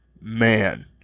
man